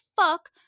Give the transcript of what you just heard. fuck